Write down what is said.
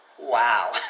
Wow